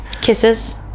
kisses